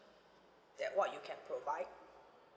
that what you can provide